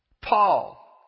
Paul